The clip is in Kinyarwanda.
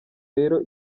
rero